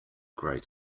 great